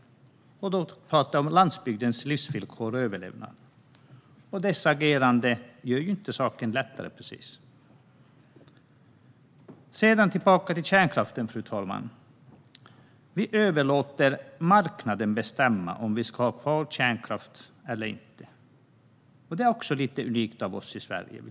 Då talar jag om landsbygdens livsvillkor och överlevnad. Detta agerande gör inte precis saken lättare. Fru talman! Jag kommer nu tillbaka till kärnkraften. Vi överlåter till marknaden att beställa om vi ska ha kvar kärnkraft eller inte. Jag vill hävda att också detta är lite unikt för oss i Sverige.